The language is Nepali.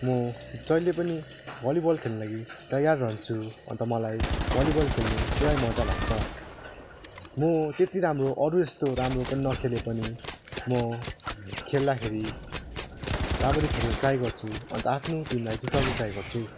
म जहिले पनि भलिभल खेल्नुको लागि तयार रहन्छु अन्त मलाई भलिभल खेल्नु पुरै मजा लाग्छ म त्यति राम्रो अरू जस्तो राम्रो पनि नखेले पनि म खेल्दाखेरि राम्ररी खेल्नु ट्राई गर्छु अन्त आफ्नो टिमलाई जिताउनु ट्राई गर्छु